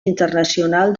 internacional